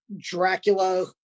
Dracula